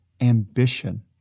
ambition